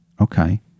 Okay